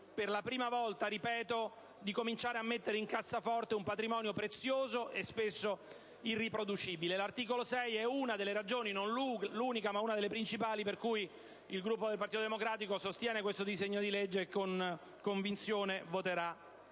per la prima volta - di cominciare a mettere in cassaforte un patrimonio prezioso e spesso irriproducibile. L'articolo 6 è una delle ragioni, non l'unica ma una delle principali, per cui il Gruppo del Partito Democratico sostiene questo disegno di legge, e con convinzione voterà